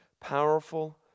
Powerful